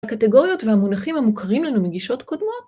הקטגוריות והמונחים המוכרים לנו מגישות קודמות...